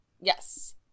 Yes